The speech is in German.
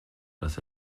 das